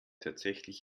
tatsächlich